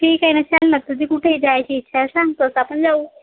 ठीक आहे ना चल ना तुझी कुठे जायची इच्छा आहे सांग तसं आपण जाऊ